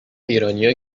ایرانیا